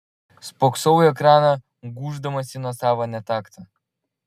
spoksau į ekraną gūždamasi nuo savo netakto